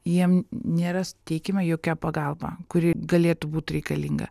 jiem nėra suteikiama jokia pagalba kuri galėtų būti reikalinga